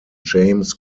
james